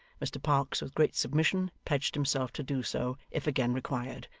mr parkes with great submission pledged himself to do so, if again required,